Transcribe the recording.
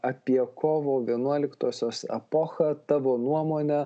apie kovo vienuoliktosios epochą tavo nuomone